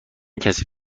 کسی